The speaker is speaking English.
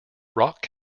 rock